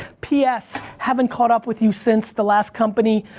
p s, haven't caught up with you since the last company,